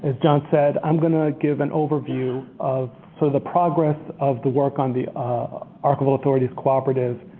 as john said, i'm going to give an overview of so the progress of the work on the archival authorities cooperative,